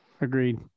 Agreed